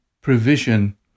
provision